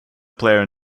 player